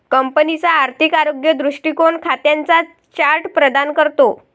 कंपनीचा आर्थिक आरोग्य दृष्टीकोन खात्यांचा चार्ट प्रदान करतो